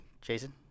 Jason